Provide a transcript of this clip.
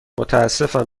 متاسفم